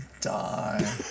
die